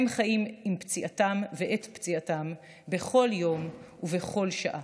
הם חיים עם פציעתם, ואת פציעתם, בכל יום ובכל שעה.